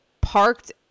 parked